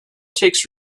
takes